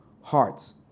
hearts